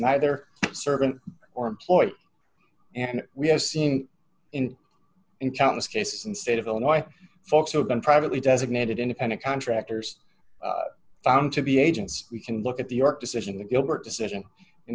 neither servant or employee and we have seen in in countless cases and state of illinois folks who have been privately designated independent contractors found to be agents we can look at the york decision the gilbert decision in